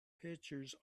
pictures